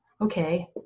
Okay